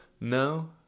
No